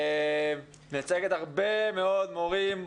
היא מייצגת הרבה מאוד מורים,